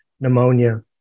pneumonia